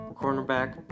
Cornerback